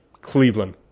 Cleveland